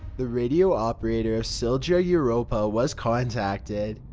the radio operator of silja europa was contacted.